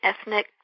ethnic